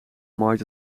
maait